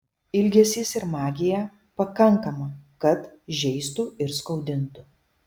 ilgesys ir magija pakankama kad žeistų ir skaudintų